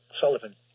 Sullivan